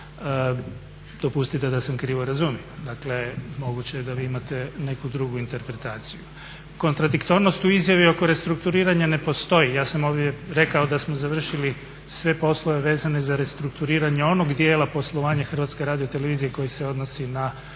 Dopustite da sam krivo razumio. Dakle moguće je da vi imate neku drugu interpretaciju. Kontradiktornost u izjavi oko restrukturiranja ne postoji, ja sam ovdje rekao da smo završili sve poslove vezane za restrukturiranje onog dijela poslovanja Hrvatske radiotelevizije koji se odnosi na